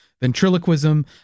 ventriloquism